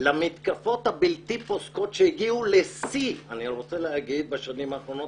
למתקפות הבלתי פוסקות שהגיעו לשיא בשנים האחרונות